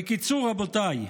בקיצור, רבותיי,